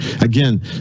Again